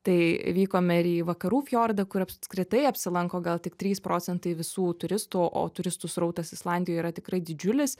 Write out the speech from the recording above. tai vykome į vakarų fjordą kur apskritai apsilanko gal tik trys procentai visų turistų o o turistų srautas islandijoj yra tikrai didžiulis